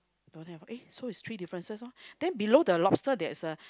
don't have eh so it's three differences oh then below the lobster there's a